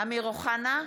אמיר אוחנה,